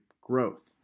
growth